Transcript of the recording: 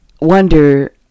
wonder